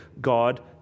God